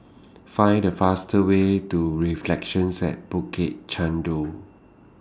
Find The faster Way to Reflections At Bukit Chandu